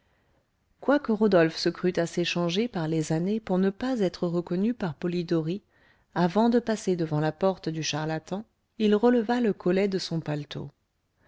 quoique rodolphe se crût assez changé par les années pour ne pas être reconnu par polidori avant de passer devant la porte du charlatan il releva le collet de son paletot